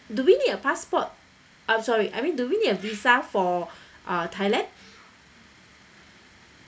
do we need a passport um sorry I mean do we need a visa for uh thailand